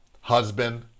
husband